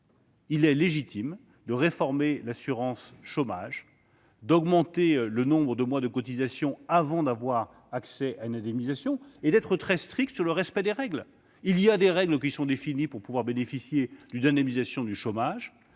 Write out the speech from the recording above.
Il est légitime de réformer l'assurance chômage, d'augmenter le nombre de mois de cotisations avant d'avoir accès à une indemnisation et d'être très strict sur le respect des règles. Il existe des règles pour pouvoir bénéficier d'une indemnisation du chômage.